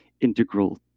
integral